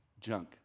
junk